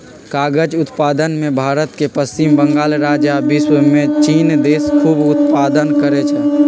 कागज़ उत्पादन में भारत के पश्चिम बंगाल राज्य आ विश्वमें चिन देश खूब उत्पादन करै छै